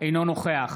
אינו נוכח